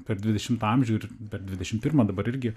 per dvidešimtą amžių ir per dvidešim pirmą dabar irgi